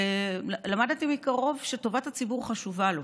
ולמדתי מקרוב שטובת הציבור חשובה לו,